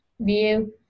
view